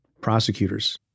prosecutors